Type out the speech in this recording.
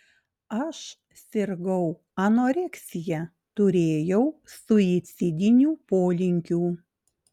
aš sirgau anoreksija turėjau suicidinių polinkių